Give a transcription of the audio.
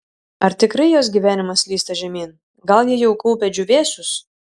ar tikrai jos gyvenimas slysta žemyn gal ji jau kaupia džiūvėsius